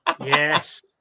yes